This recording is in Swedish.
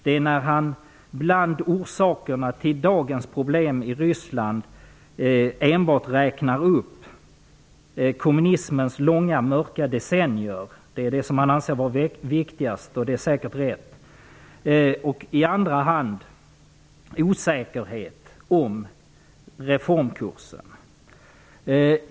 Det är när han bland orsakerna till dagens problem i Ryssland enbart nämner i första hand kommunismens långa och mörka decennier -- det är vad han anser vara viktigast, och det är säkert riktigt -- och i andra hand osäkerhet om reformkursen.